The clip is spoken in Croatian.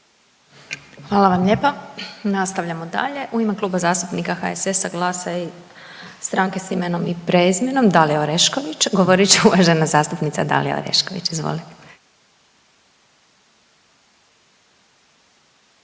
Hvala vam lijepa. Nastavljamo dalje, u ime Kluba zastupnika HSS-a, GLAS-a i SIP-a Dalija Orešković govorit će uvažena zastupnica Dalija Orešković. Izvolite.